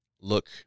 look